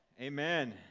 Amen